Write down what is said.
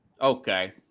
Okay